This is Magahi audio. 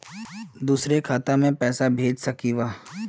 दुसरे खाता मैं पैसा भेज सकलीवह?